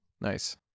Nice